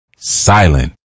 Silent